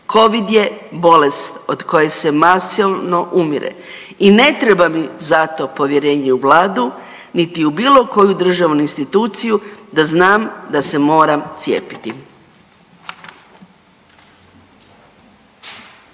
Covid je bolest od koje se masovno umire i ne treba mi za to povjerenje u vladu, niti u bilo koju državnu instituciju da znam da se moram cijepiti.